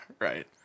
Right